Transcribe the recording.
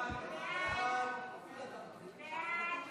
ההצעה להעביר את הצעת חוק ציוד רפואי (תיקון מס' 2 והוראת שעה),